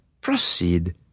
Proceed